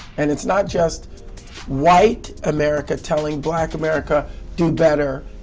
and it's not just white america telling black america do better.